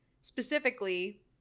specifically